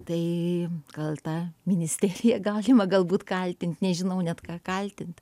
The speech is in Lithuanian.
tai kalta ministerija galima galbūt kaltint nežinau net ką kaltint